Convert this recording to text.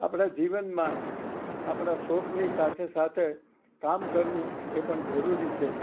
આપણા જીવનમાં આપણા શોખની સાથે સાથે કામ કરવું એ પણ જરૂરી છે